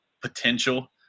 potential